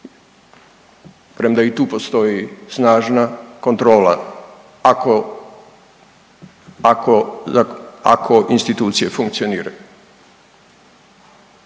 premda i tu postoji snažna kontrola ako, ako, ako institucije funkcioniraju.